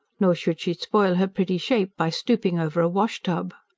nor should she spoil her pretty shape by stooping over a wash-tub.